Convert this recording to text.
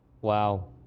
Wow